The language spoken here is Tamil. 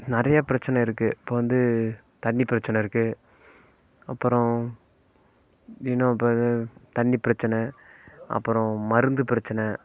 நிறையாப் பிரச்சனை இருக்குது இப்போ வந்து தண்ணீர் பிரச்சனை இருக்குது அப்புறம் இன்னும் இப்போ தண்ணீர் பிரச்சனை அப்புறம் மருந்து பிரச்சனை